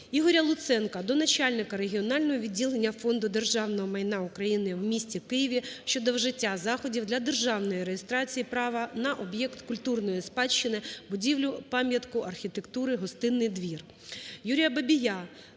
Ігоря Луценка до Начальника Регіонального відділення Фонду державного майна України в місті Києві щодо вжиття заходів для державної реєстрації права на об'єкт культурної спадщини - будівлю-пам'ятку архітектури "Гостинний двір".